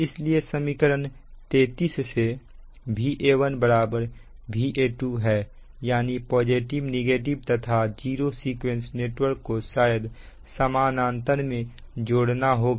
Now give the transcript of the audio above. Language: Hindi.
इसलिए समीकरण 33 से Va1 Va2 है यानी पॉजिटिव नेगेटिव तथा जीरो सीक्वेंस नेटवर्क को शायद समानांतर में जोड़ना होगा